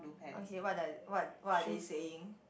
okay what does it what what are they saying